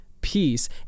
peace